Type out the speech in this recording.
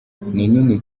nini